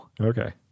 okay